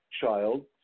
child